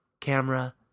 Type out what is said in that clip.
Camera